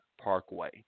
Parkway